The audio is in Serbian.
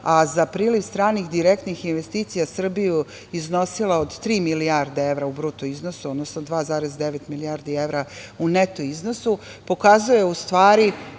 a priliv stranih direktnih investicija u Srbiji iznosio je od tri milijarde evra u bruto iznosu, odnosno 2,9 milijardi evra u neto iznosu, to pokazuje u stvari